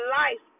life